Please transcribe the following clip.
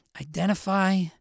identify